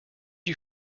you